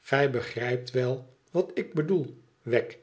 gij begrijpt wel wat ik bedoel wegg